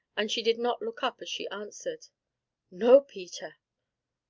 and she did not look up as she answered no, peter!